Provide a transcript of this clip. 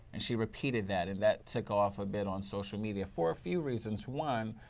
and she repeated that, and that took off a bit on social media. for a few reasons. one,